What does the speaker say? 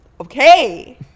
okay